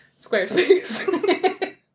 Squarespace